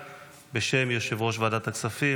להציג את הצעת החוק בשם יושב-ראש ועדת הכספים.